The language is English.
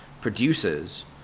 produces